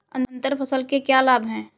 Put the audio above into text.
अंतर फसल के क्या लाभ हैं?